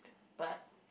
but